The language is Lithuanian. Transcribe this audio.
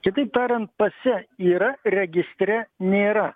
kitaip tariant pase yra registre nėra